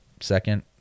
second